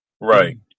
Right